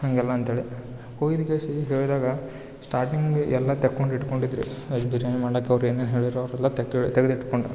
ಹಂಗೆಲ್ಲಾ ಅಂತೇಳಿ ಕೊಯ್ದು ಹೇಳಿದಾಗ ಸ್ಟಾರ್ಟಿಂಗ್ ಎಲ್ಲ ತಗೊಂಡ್ ಇಟ್ಕೊಂಡ್ಡಿದ್ದು ರೀ ವೆಜ್ ಬಿರಿಯಾನಿ ಮಾಡೋಕೆ ಅವ್ರು ಏನೇನು ಹೇಳಿರೋ ಅದೆಲ್ಲಾ ತೆಗ್ದ್ ತೆಗ್ದು ಇಟ್ಕೊಂಡೆ